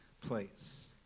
place